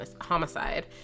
homicide